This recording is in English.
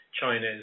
China's